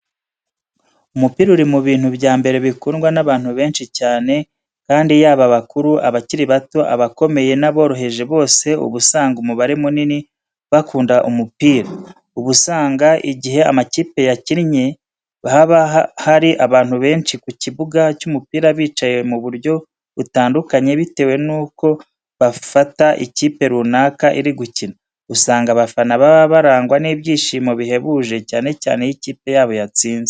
Umupira uri mu bintu bya mbere bikundwa n'abantu benshi cyane kandi yaba abakuru, abakiri bato, abakomeye n'aboroheje bose uba usanga umubare munini bakunda umupira. Uba usanga igihe amakipe yakinnye haba hari abantu benshi ku kibuga cy'umupira bicaye mu buryo butandukanye bitewe nuko bafata ikipe runaka iri gukina. Usanga abafana baba barangwa n'ibyishimo bihebuje cyane cyane iyo ikipe yabo yatsinze.